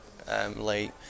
Late